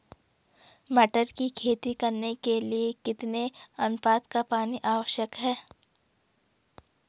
टमाटर की खेती करने के लिए कितने अनुपात का पानी आवश्यक है?